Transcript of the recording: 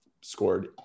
scored